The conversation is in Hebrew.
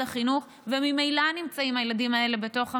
החינוך וממילא הילדים האלה נמצאים בתוך המערכת,